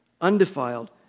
undefiled